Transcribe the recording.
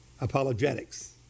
apologetics